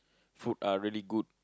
food are really good